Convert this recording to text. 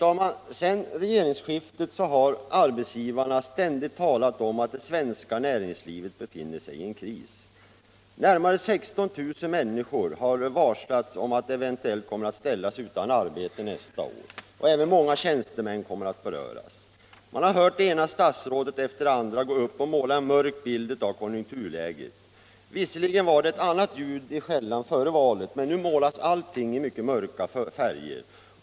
Alltsedan regeringsskiftet har arbetsgivarna ständigt talat om att det svenska näringslivet befinner sig i en kris. Närmare 16 000 människor har varslats om att de eventuellt kommer att ställas utan arbete nästa år. Även många tjänstemän kommer att beröras. Man har hört det ena statsrådet efter det andra gå upp och måla en mörk bild av konjunkturläget. Det var annat ljud i skällan före valet, men nu målar man som sagt allting i mycket mörka färger.